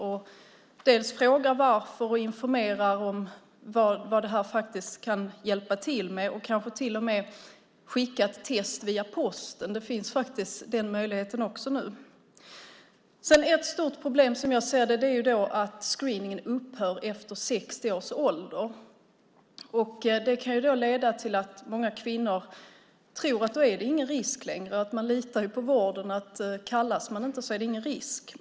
Man kan då fråga varför och informera om vad man med detta faktiskt kan hjälpa till med. Det kanske till och med skulle gå att skicka ett test via posten. Den möjligheten finns faktiskt nu. Ett stort problem, som jag ser det, är att screeningen upphör efter 60 års ålder. Det kan leda till att många kvinnor tror att det då inte är någon risk längre. Man litar ju på vården; kallas man inte är det ingen risk.